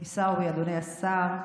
עיסאווי, אדוני השר,